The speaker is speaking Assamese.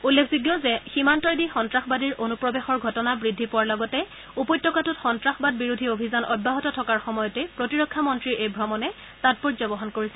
উল্লেখযোগ্য যে সীমান্তইদি সন্ত্ৰাসবাদীৰ অনুপ্ৰৱেশৰ ঘটনা বৃদ্ধি পোৱাৰ লগতে উপত্যকাটোত সন্ত্ৰাসবাদ বিৰোধী অভিযান অব্যাহত থকাৰ সময়তে প্ৰতিৰক্ষা মন্ত্ৰীৰ এই ভ্ৰমণে বিশেষ তাংপৰ্য বহন কৰিছে